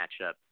matchup